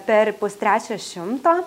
per pustrečio šimto